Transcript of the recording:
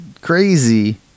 crazy